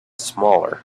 smaller